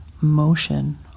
motion